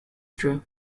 true